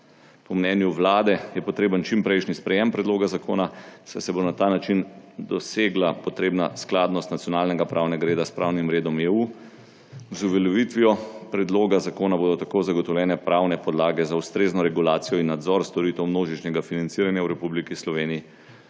Po mnenju Vlade je potrebno čimprejšnje sprejetje predloga zakona, saj se bo na ta način dosegla potrebna skladnost nacionalnega pravnega reda s pravnim redom EU. Z uveljavitvijo predloga zakona bodo tako zagotovljene pravne podlage za ustrezno regulacijo in nadzor storitev množičnega financiranja v Republiki Sloveniji.